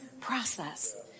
process